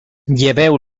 lleveu